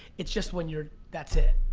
it's just when you're, that's it.